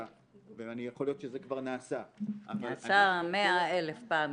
ויכול להיות שזה כבר נעשה -- נעשה 100,000 פעמים.